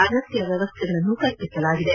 ಅಗತ್ಕ ವ್ಯವಸ್ಥೆಗಳನ್ನು ಕಲ್ಪಿಸಲಾಗಿದೆ